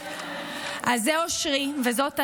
אז "זה אושרי וזאת אני.